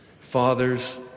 Fathers